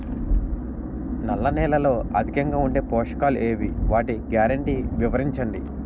నల్ల నేలలో అధికంగా ఉండే పోషకాలు ఏవి? వాటి గ్యారంటీ వివరించండి?